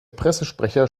pressesprecher